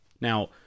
Now